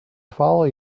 follow